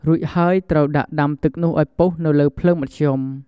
រួចហើយគឺត្រូវដាក់ដាំទឹកនោះឱ្យពុះនៅលើភ្លើងមធ្យម។